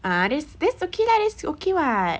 ah that's that's okay lah that's still okay [what]